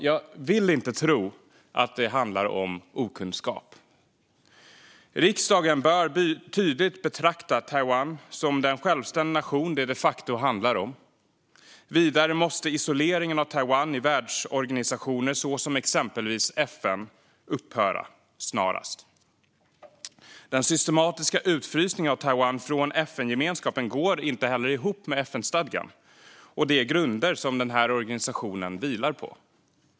Jag vill inte tro att detta handlar om okunskap. Riksdagen bör tydligt betrakta Taiwan som den självständiga nation den de facto är. Vidare måste isoleringen av Taiwan i världsorganisationer, till exempel FN, upphöra snarast. Den systematiska utfrysningen av Taiwan från FN-gemenskapen går inte heller ihop med FN-stadgan och de grunder som organisationen vilar på.